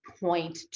point